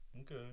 Okay